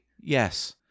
Yes